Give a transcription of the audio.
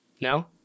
No